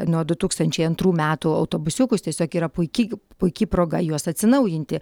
nuo du tūkstančiai antrų metų autobusiukus tiesiog yra puiki puiki proga juos atsinaujinti